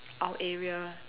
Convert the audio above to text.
our area